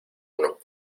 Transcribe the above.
uno